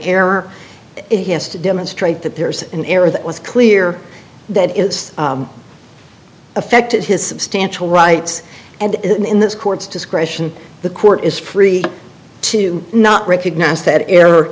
error it has to demonstrate that there is an error that was clear that is affected his substantial rights and in this court's discretion the court is free to not recognize that error